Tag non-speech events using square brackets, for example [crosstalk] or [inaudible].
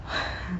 [noise]